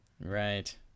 Right